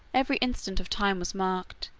every instant of time was marked,